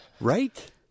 right